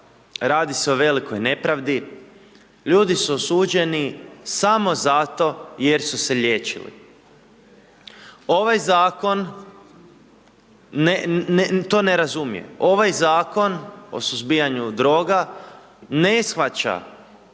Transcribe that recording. radi se o velikoj nepravdi, ljudi su osuđeni samo zato jer su se liječili. Ovaj zakon to ne razumije. Ovaj Zakon o suzbijanju droga ne shvaća